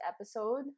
episode